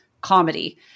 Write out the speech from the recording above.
comedy